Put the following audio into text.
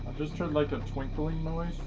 just heard like a twinkling noise